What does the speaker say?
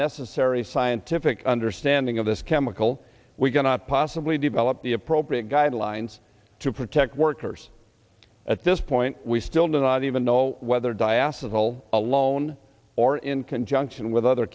necessary scientific understanding of this chemical we cannot possibly develop the appropriate guidelines to protect workers at this point we still do not even know whether diasters all alone or in conjunction with other